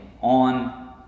on